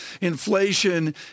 inflation